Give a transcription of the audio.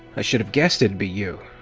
i should've guessed it'd be you!